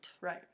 Right